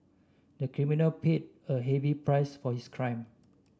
the criminal paid a heavy price for his crime